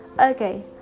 Okay